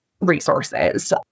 resources